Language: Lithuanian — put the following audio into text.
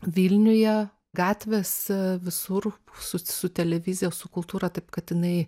vilniuje gatvėse visur su su televizija su kultūra taip kad jinai